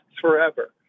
forever